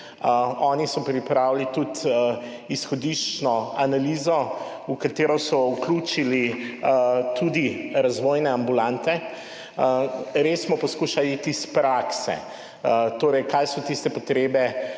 oni so pripravili tudi izhodiščno analizo, v katero so vključili tudi razvojne ambulante. Res smo poskušali iti iz prakse, torej kaj so tiste potrebe,